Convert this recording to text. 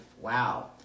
wow